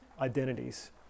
identities